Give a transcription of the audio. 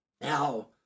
Now